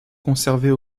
conservées